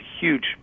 huge